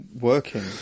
working